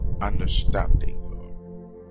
understanding